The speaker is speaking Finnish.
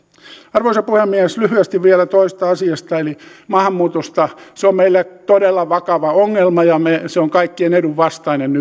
arvoisa puhemies lyhyesti vielä toisesta asiasta eli maahanmuutosta se on meille todella vakava ongelma ja tämä tilanne on kaikkien edun vastainen